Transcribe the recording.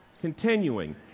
Continuing